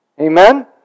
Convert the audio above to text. Amen